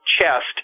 chest